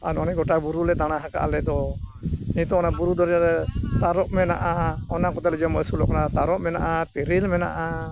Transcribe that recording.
ᱟᱨ ᱚᱱᱮ ᱜᱳᱴᱟ ᱵᱩᱨᱩ ᱞᱮ ᱫᱟᱬᱟ ᱟᱠᱟᱫ ᱟᱞᱮ ᱫᱚ ᱱᱤᱛᱳᱜ ᱚᱱᱟ ᱵᱩᱨᱩ ᱪᱚᱴ ᱨᱮ ᱛᱟᱨᱚᱵ ᱢᱮᱱᱟᱜᱼᱟ ᱚᱱᱟ ᱠᱚᱛᱮ ᱞᱮ ᱡᱚᱢ ᱟᱹᱥᱩᱞᱚᱜ ᱠᱟᱱᱟ ᱛᱟᱨᱚᱵ ᱢᱮᱱᱟᱜᱼᱟ ᱛᱮᱨᱮᱞ ᱢᱮᱱᱟᱜᱼᱟ